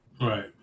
Right